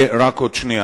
החליטה הוועדה